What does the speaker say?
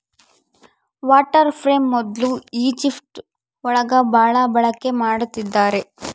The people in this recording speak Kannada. ವಾಟರ್ ಫ್ರೇಮ್ ಮೊದ್ಲು ಈಜಿಪ್ಟ್ ಒಳಗ ಭಾಳ ಬಳಕೆ ಮಾಡಿದ್ದಾರೆ